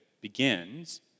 begins